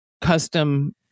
custom